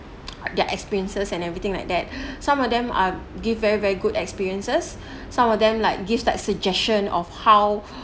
their experiences and everything like that some of them are give very very good experiences some of them like gives that suggestion of how